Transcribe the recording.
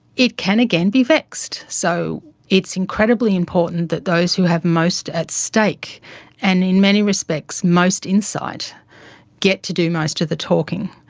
it can again be vexed. so it's incredibly important that those who have most at stake and in many respects most insight get to do most of the talking.